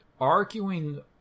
arguing